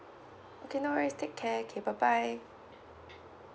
okay no worries take care okay bye bye